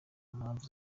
mpamvu